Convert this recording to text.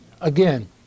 Again